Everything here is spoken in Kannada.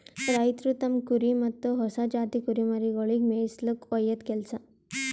ರೈತ್ರು ತಮ್ಮ್ ಕುರಿ ಮತ್ತ್ ಹೊಸ ಜಾತಿ ಕುರಿಮರಿಗೊಳಿಗ್ ಮೇಯಿಸುಲ್ಕ ಒಯ್ಯದು ಕೆಲಸ